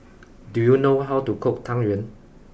do you know how to cook Tang Yuan